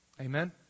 Amen